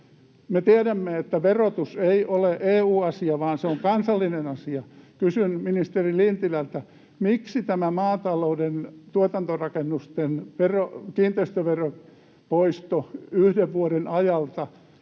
Me tiedämme, että verotus ei ole EU-asia vaan se on kansallinen asia. Kysyn ministeri Lintilältä: miksi tämä maatalouden tuotantorakennusten kiinteistöveron poisto yhden vuoden ajalta